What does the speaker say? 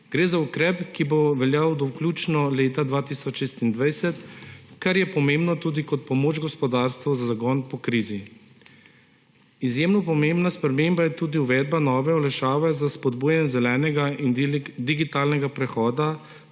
Gre za ukrep, ki bo veljal do vključno leta 2026, kar je pomembno tudi kot pomoč gospodarstvu za zagon po krizi. Izjemno pomembna sprememba je tudi uvedba nove olajšave za spodbujanje zelenega in digitalnega prehoda,